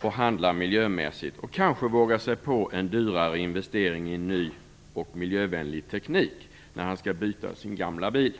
och handlar miljömässigt och kanske vågar sig på en större investering i ny och miljövänlig teknik när han skall byta sin gamla bil.